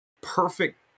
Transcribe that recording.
perfect